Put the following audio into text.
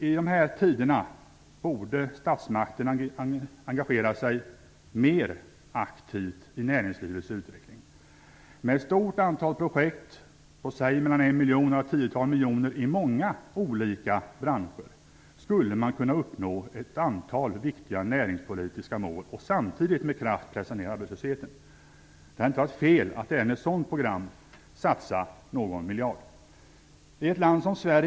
I dessa tider borde statsmakterna engagera sig mer aktivt i näringslivets utveckling. Med ett stort antal projekt på mellan 1 miljon och några tiotal miljoner i många olika branscher skulle man kunna uppnå ett antal viktiga näringspolitiska mål och samtidigt med kraft pressa ned arbetslösheten. Det hade inte varit fel att satsa någon miljard även på ett sådant program.